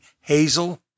Hazel